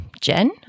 Jen